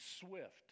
swift